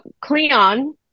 Cleon